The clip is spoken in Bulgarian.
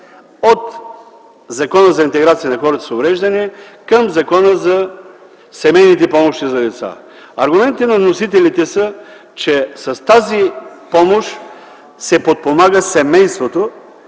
от Закона за интеграция на хората с увреждания към Закона за семейните помощи за деца. Аргументите на вносителите са, че с тази помощ се подпомага семейството.